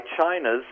China's